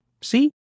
See